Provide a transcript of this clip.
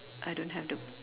I don't have them